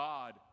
God